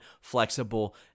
flexible